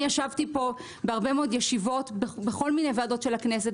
ישבתי פה בהרבה מאוד ישיבות בכל מיני ועדות של הכנסת